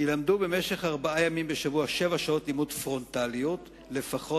יילמדו במשך ארבע ימים בשבוע שבע שעות לימוד פרונטליות לפחות,